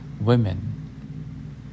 women